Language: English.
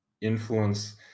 influence